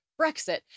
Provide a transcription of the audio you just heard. Brexit